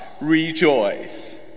Rejoice